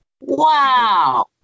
Wow